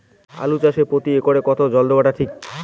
আলু চাষে প্রতি একরে কতো জল দেওয়া টা ঠিক?